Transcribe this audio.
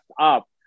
up